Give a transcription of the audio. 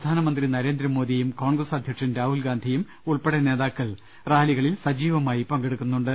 പ്രധാനമന്ത്രി നരേന്ദ്രമോദിയും കോൺഗ്രസ് അധ്യക്ഷൻ രാഹുൽഗാ ന്ധിയും ഉൾപ്പെടെ നേതാക്കൾ റാലികളിൽ സജീവമായി പങ്കെടുക്കുന്നുണ്ട്